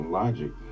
logic